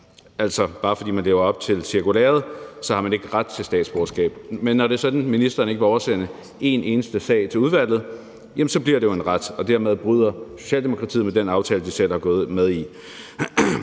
Altså, bare fordi man lever op til cirkulæret, har man ikke ret til statsborgerskab. Men når det er sådan, at ministeren ikke vil oversende en eneste sag til udvalget, så bliver det jo en ret, og dermed bryder Socialdemokratiet med den aftale, de selv er gået med i.